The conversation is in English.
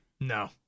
No